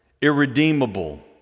irredeemable